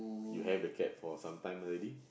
you had the cat for some time already